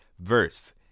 verse